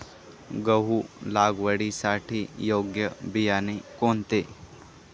गहू लागवडीसाठी योग्य बियाणे कोणते?